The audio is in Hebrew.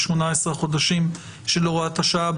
ב-18 החודשים של הוראת השעה,